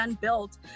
built